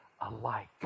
alike